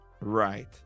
Right